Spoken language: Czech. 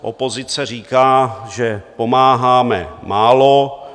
Opozice říká, že pomáháme málo.